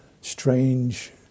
strange